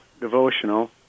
devotional